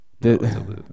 No